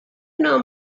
know